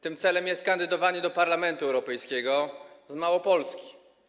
Tym celem jest kandydowanie do Parlamentu Europejskiego z Małopolski.